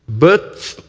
but